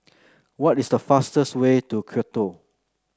what is the fastest way to Quito